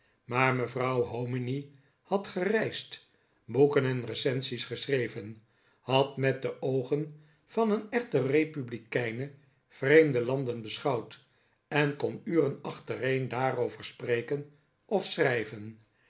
maar mevrouw hominy had gereisd boeken en recensies geschreven had met de oogen van een echte republikeine vreemde landen beschouwd en kon uren achtereen daarover spreken of schrijven